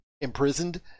imprisoned